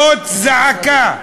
זאת זעקה.